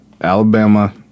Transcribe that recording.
Alabama